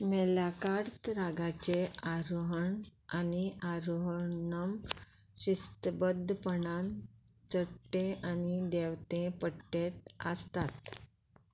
मेलाकार्त रागाचें आरोहण आनी आरोहण शिस्तबधपणान चडटें आनी देंवतें पट्टेंत आसतात